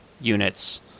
units